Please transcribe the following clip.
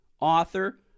author